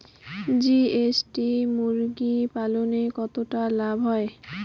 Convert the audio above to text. GST মুরগি পালনে কতটা লাভ হয়?